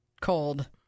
cold